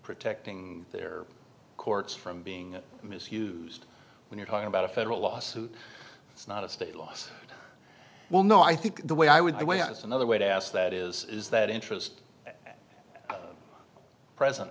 protecting their courts from being misused when you're talking about a federal lawsuit it's not a state loss well no i think the way i would a way as another way to ask that is is that interest present